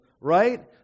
right